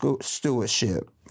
stewardship